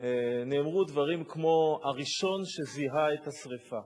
נאמרו דברים כמו: הראשון שזיהה את השרפה.